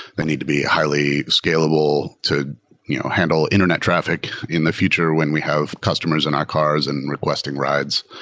they need to be highly scalable to you know handle internet traffic in the future when we have customers in our cars and requesting rides.